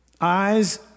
eyes